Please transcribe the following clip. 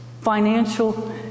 financial